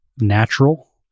natural